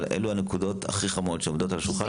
ואלה הנקודות הכי חמורות שעומדות על השולחן.